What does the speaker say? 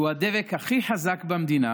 שהוא הדבק הכי חזק במדינה